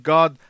God